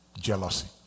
jealousy